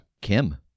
Kim